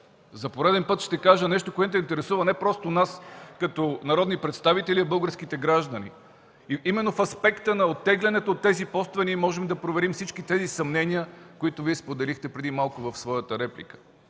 За пореден път ще кажа нещо друго, което интересува не просто нас като народни представители, но и българските граждани. Именно в аспекта на оттеглянето от тези постове ние можем да проверим всички тези съмнения, които Вие преди малко споделихте в своята реплика.